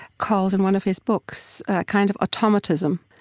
calls in one of his books a kind of automatism,